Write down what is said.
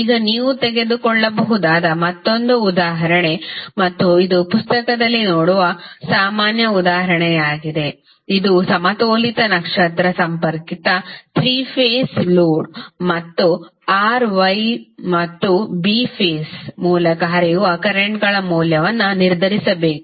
ಈಗ ನೀವು ತೆಗೆದುಕೊಳ್ಳಬಹುದಾದ ಮತ್ತೊಂದು ಉದಾಹರಣೆ ಮತ್ತು ಇದು ಪುಸ್ತಕದಲ್ಲಿ ನೋಡುವ ಸಾಮಾನ್ಯ ಉದಾಹರಣೆಯಾಗಿದೆ ಇದು ಸಮತೋಲಿತ ನಕ್ಷತ್ರ ಸಂಪರ್ಕಿತ 3 ಫೇಸ್ ಲೋಡ್ ಮತ್ತು R Y ಮತ್ತು B ಫೇಸ್ ಮೂಲಕ ಹರಿಯುವ ಕರೆಂಟ್ ಗಳ ಮೌಲ್ಯವನ್ನು ನಿರ್ಧರಿಸಬೇಕು